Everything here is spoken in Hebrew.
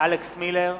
אלכס מילר,